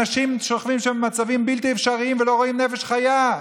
אנשים שוכבים שם במצבים בלתי אפשריים ולא רואים נפש חיה,